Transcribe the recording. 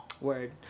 Word